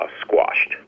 squashed